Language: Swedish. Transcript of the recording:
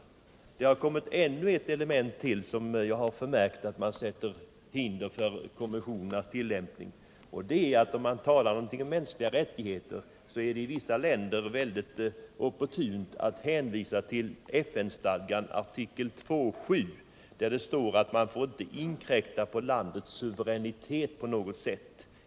Och det har tillkommit ännu ett element som, enligt vad jag förmärkt, lägger hinder i vägen för konventionernas tillämpning. När man talar om mänskliga rättigheter är det i vissa länder väldigt opportunt att hänvisa till FN-stadgans artikel 2:7, där det står att man inte får inkräkta på landets suveränitet på något sätt.